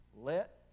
Let